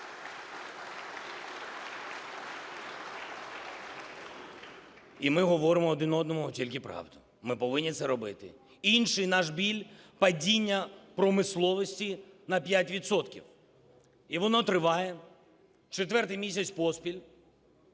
І ми говоримо один одному тільки правду. Ми повинні це робити. Інший наш біль – падіння промисловості на 5 відсотків. І воно триває четвертий місяць поспіль